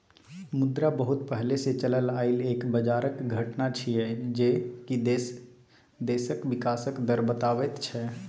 मुद्रा बहुत पहले से चलल आइल एक बजारक घटना छिएय जे की देशक विकासक दर बताबैत छै